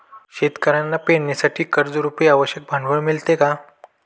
शेतकऱ्यांना पेरणीसाठी कर्जरुपी आवश्यक भांडवल मिळते का?